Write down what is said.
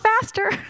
faster